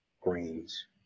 greens